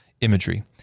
imagery